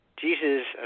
Jesus